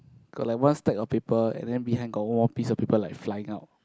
got like one stack of paper and then behind got one piece of paper like flying out